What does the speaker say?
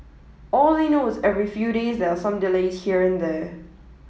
all they know is every few days there are some delays here and there